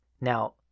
Now